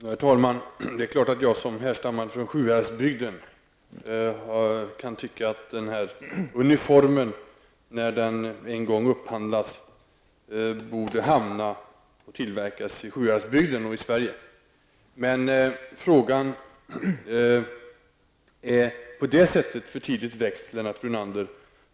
Herr talman! Det är klart att jag som härstammar från Sjuhäradsbygden kan tycka att uniformen, när den en gång upphandlas, borde köpas och tillverkas i Sjuhäradsbygden och Sverige. Men frågan är för tidigt väckt på så sätt, Lennart Brunander,